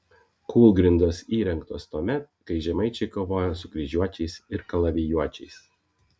kūlgrindos įrengtos tuomet kai žemaičiai kovojo su kryžiuočiais ir kalavijuočiais